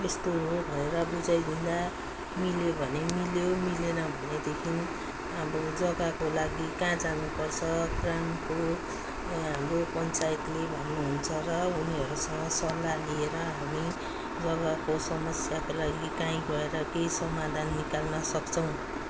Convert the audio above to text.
यस्तो हो भनेर बुझाइदिँदा मिल्यो भने मिल्यो मिलेन भनेदेखि अब जग्गाको लागि कहाँ जानुपर्छ ग्रामको उहाँहरू पञ्चायतले भन्नुहुन्छ र उनीहरूसँग सल्लाह लिएर हामी जग्गाको समस्याको लागि कहीँ गएर केही समाधान निकाल्न सक्छौँ